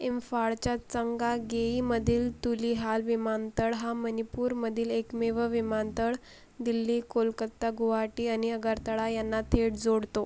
इम्फाळच्या चंगांगेईमधील तुलिहाल विमानतळ हा मणिपूरमधील एकमेव विमानतळ दिल्ली कोलकाता गुवाहाटी आणि आगरतळा यांना थेट जोडतो